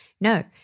No